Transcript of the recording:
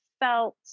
felt